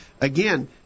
again